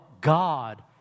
God